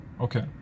Okay